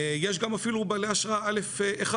יש גם אפילו בעלי אשרה א.1,